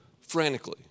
frantically